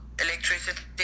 electricity